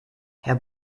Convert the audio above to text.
herr